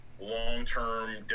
long-term